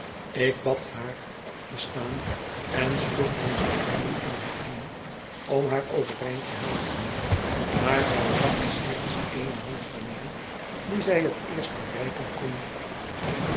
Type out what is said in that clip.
ik bad haar op te staan en sloeg mijne armen om haar heen om haar overeind te helpen maar zij vatte slechts eene hand van mij die zij het eerst bereiken kon